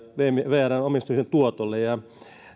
vrn omistuksen tuotolle